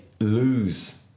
lose